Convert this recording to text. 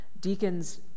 Deacons